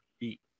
Eat